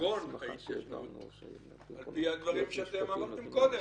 עיקרון ההתיישנות על פי הדברים שאתם אמרתם קודם,